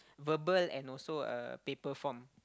verbal and also a paper form